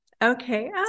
Okay